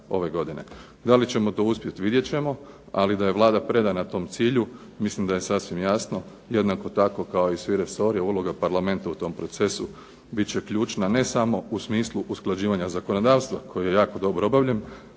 Da li ćemo to uspjeti vidjet ćemo, ali da je Vlada predana tom cilju mislim da je sasvim jasno, jednako tako kao i svi resori, uloga Parlamenta u tom procesu bit će ključna ne samo u smislu usklađivanja zakonodavstva koji je jako dobro obavljen,